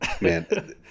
Man